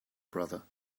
brother